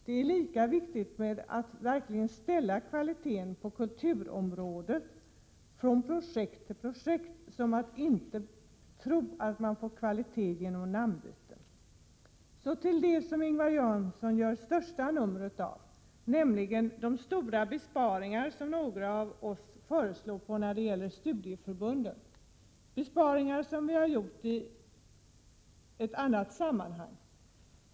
Det är viktigt att verkligen se till att det blir kvalitet på kulturområdet, från projekt till projekt, och man skall alltså inte tro att man får kvalitet bara genom namnbyte. Så till det som Ingvar Johnsson gör det största numret av, nämligen de stora besparingar som några av oss i ett annat sammanhang föreslog när det gällde studieförbunden. Det är besparingar som vi har föreslagit i ett annat sammanhang.